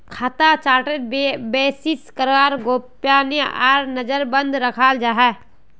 खाता चार्टक बेसि करे गोपनीय आर नजरबन्द रखाल जा छे